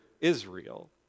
Israel